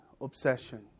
obsession